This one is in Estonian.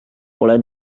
pole